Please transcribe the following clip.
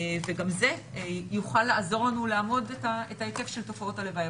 וגם זה יוכל לעזור לנו לאמוד את ההיקף של תופעות הלוואי.